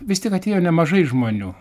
vis tiek atėjo nemažai žmonių